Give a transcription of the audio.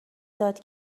داد